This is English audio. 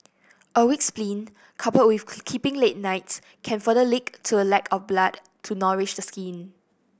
a weak spleen coupled with keeping late nights can further lead to a lack of blood to nourish the skin